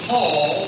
Paul